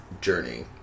journey